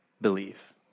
believe